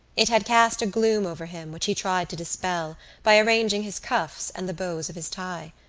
it had cast a gloom over him which he tried to dispel by arranging his cuffs and the bows of his tie.